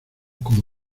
como